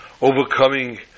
overcoming